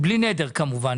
בלי נדר, כמובן.